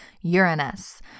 Uranus